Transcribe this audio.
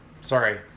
sorry